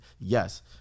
yes